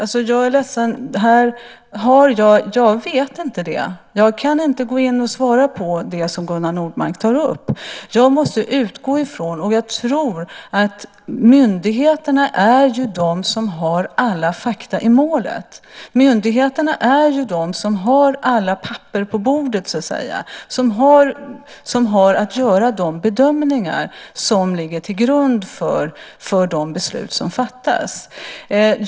Jag är ledsen, men jag vet inte detta. Jag kan inte gå in och svara på det som Gunnar Nordmark tar upp. Jag måste utgå från det jag tror, nämligen att myndigheterna är de som har alla fakta i målet. Myndigheterna är de som har alla papper på bordet, så att säga, och som har att göra de bedömningar som ligger till grund för de beslut som fattas.